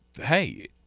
hey